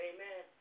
Amen